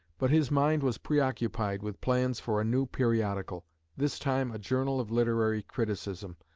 but his mind was preoccupied with plans for a new periodical this time a journal of literary criticism,